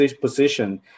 position